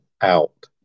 out